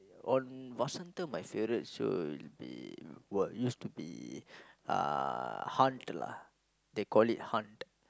on Vasantham my favourite show would be were used to be uh they call it Hant